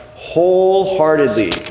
wholeheartedly